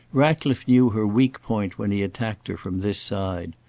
ratcliffe knew her weak point when he attacked her from this side.